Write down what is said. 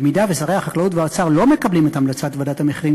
במידה ששרי החקלאות והאוצר לא מקבלים את המלצת ועדת המחירים,